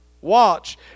watch